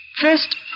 First